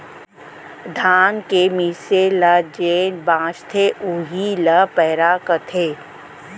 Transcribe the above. धान के मीसे ले जेन बॉंचथे उही ल पैरा कथें